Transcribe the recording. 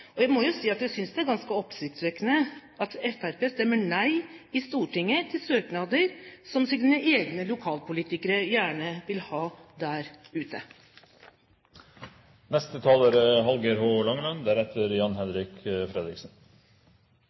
det. Jeg må si at jeg synes det er ganske oppsiktsvekkende at Fremskrittspartiet stemmer nei i Stortinget til søknader som deres egne lokalpolitikere der ute gjerne vil ha.